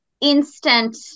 instant